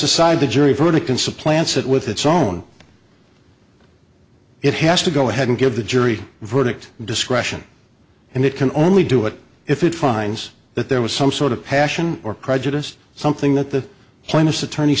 aside the jury verdict in supplants it with its own it has to go ahead and give the jury verdict discretion and it can only do what if it finds that there was some sort of passion or prejudiced something that the plaintiff's attorney